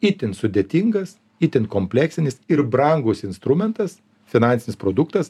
itin sudėtingas itin kompleksinis ir brangus instrumentas finansinis produktas